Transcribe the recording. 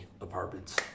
apartments